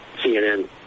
CNN